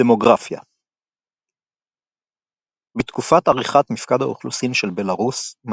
דמוגרפיה בתקופת עריכת מפקד האוכלוסין של בלארוס ,